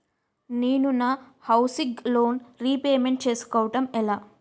నేను నా housing loan repayment చేసుకోవటం ఎలా?